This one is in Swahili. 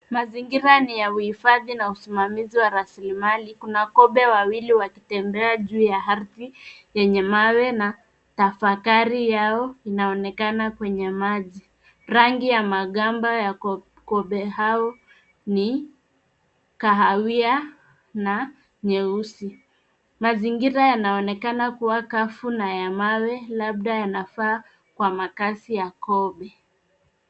Mazingira ni ya uhifadhi na usimamizi wa rasilimali. Kuna kobe wawili wakitembea juu ya ardhi yenye mawe na tafakari yao inaonekana kwenye maji. Rangi ya magamba ya kobe hao ni kahawia na nyeusi. Mazingira yanaonekana kuwa kavu na ya mawe labda yanafaa kwa makazi ya kobe.